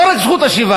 לא רק על זכות השיבה,